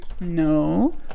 No